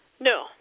No